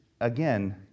again